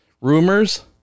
rumors